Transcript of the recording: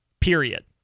period